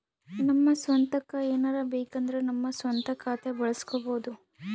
ನಮ್ಮ ಸ್ವಂತಕ್ಕ ಏನಾರಬೇಕಂದ್ರ ನಮ್ಮ ಸ್ವಂತ ಖಾತೆ ಬಳಸ್ಕೋಬೊದು